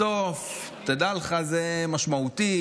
בסוף, תדע לך, זה משמעותי,